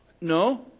No